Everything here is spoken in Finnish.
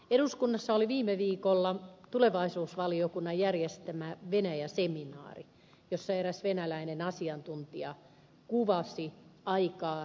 eduskunnassa oli viime viikolla tulevaisuusvaliokunnan järjestämä venäjä seminaari jossa eräs venäläinen asiantuntija kuvasi aikaa neuvostoliitossa